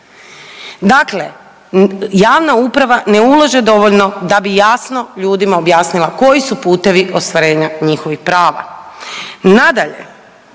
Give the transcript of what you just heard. Dakle, javna uprava ne ulaže dovoljno da bi jasno ljudima objasnila koji su putovi ostvarenja njihovih prava.